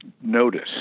notice